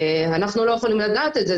אנחנו לא יכולים לדעת את זה,